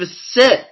sit